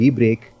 break